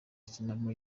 akinamo